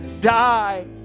die